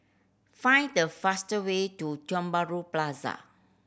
find the fastest way to Tiong Bahru Plaza